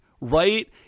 right